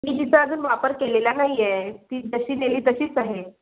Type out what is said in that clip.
मी तिचा अजून वापर केलेला नाही आहे ती जशी नेली तशीच आहे